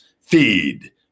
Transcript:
Feed